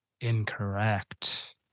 Incorrect